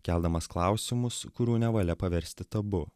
keldamas klausimus kurių nevalia paversti tabu